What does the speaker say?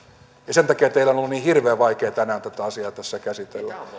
sen takia teidän on ollut niin hirveän vaikeaa tänään tätä asiaa tässä käsitellä